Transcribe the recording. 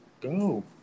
Go